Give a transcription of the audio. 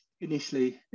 initially